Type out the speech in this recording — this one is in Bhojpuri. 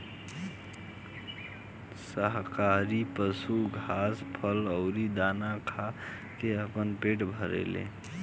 शाकाहारी पशु घास, फल अउरी दाना खा के आपन पेट भरेले